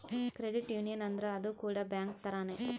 credit union ಅಂದ್ರ ಅದು ಕೂಡ ಬ್ಯಾಂಕ್ ತರಾನೇ